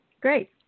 Great